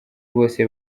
bose